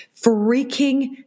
freaking